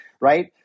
right